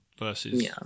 versus